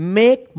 make